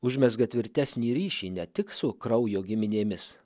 užmezga tvirtesnį ryšį ne tik su kraujo giminėmis